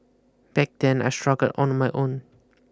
back then I struggled on my own